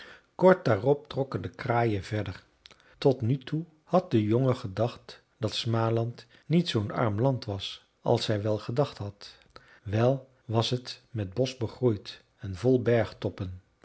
kort daarop trokken de kraaien verder tot nu toe had de jongen gedacht dat smaland niet zoo'n arm land was als hij wel gedacht had wel was het met bosch begroeid en